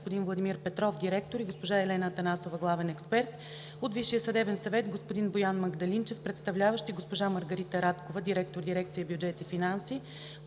Благодаря.